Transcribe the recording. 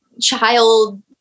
child